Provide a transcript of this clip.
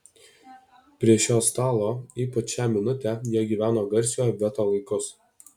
prie šio stalo ypač šią minutę jie gyveno garsiojo veto laikus